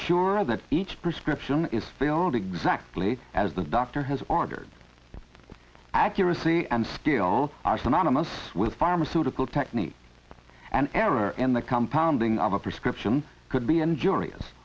sure that each prescription is filled exactly as the doctor has ordered accuracy and still are synonymous with pharmaceutical technique an error in the compound being of a prescription could be injurious